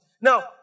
Now